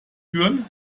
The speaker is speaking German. führen